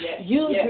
Use